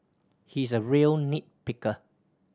he is a real nit picker